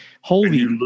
holy